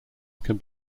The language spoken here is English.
can